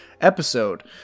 episode